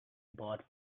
bought